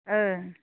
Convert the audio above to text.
औ